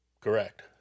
correct